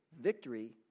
victory